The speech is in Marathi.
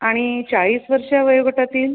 आणि चाळीस वर्ष वयोगटातील